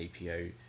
APO